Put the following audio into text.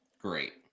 great